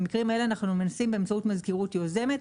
במקרים האלה אנחנו מנסים באמצעות מזכירות יוזמת,